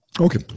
Okay